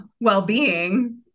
well-being